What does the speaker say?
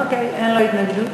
אוקיי, אין לו התנגדות.